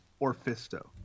Orfisto